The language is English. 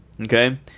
Okay